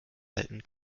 halten